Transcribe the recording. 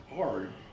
hard